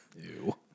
Ew